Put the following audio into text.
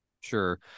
Sure